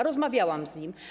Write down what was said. Rozmawiałam z nim.